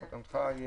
אליקו, תציג את עצמך.